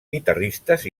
guitarristes